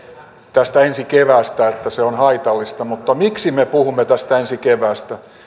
ensi keväästä että se on haitallista mutta miksi me puhumme ensi keväästä